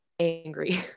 angry